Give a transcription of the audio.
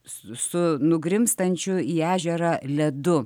su nugrimstančiu į ežerą ledu